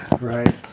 Right